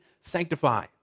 sanctify